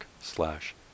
slash